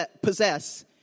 possess